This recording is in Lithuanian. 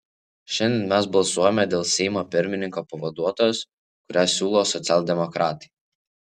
šiandien mes balsuojame dėl seimo pirmininko pavaduotojos kurią siūlo socialdemokratai